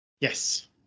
Yes